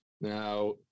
Now